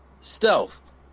stealth